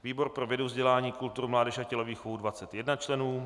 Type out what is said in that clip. výbor pro vědu, vzdělání, kulturu, mládež a tělovýchovu 21 členů